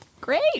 great